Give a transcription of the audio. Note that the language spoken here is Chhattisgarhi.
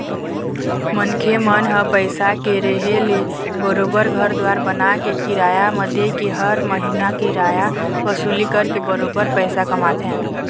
मनखे मन ह पइसा के रेहे ले बरोबर घर दुवार बनाके, किराया म देके हर महिना किराया वसूली करके बरोबर पइसा कमाथे